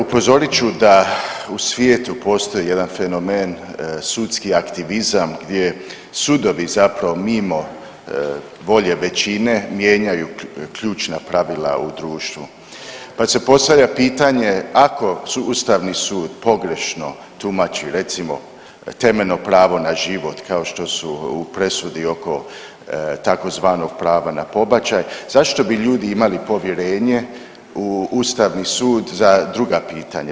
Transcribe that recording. Upozorit ću da u svijetu postoji jedan fenomen sudski aktivizam gdje sudovi zapravo mimo volje većine mijenjaju ključna pravila u društvu pa se postavlja pitanje ako su Ustavni sud pogrešno tumači, recimo temeljno pravo na život, kao što su u presudi oko tzv. prava na pobačaj, zašto bi ljudi imali povjerenje u Ustavni sud za druga pitanja.